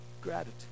gratitude